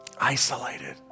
Isolated